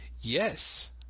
Yes